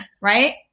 right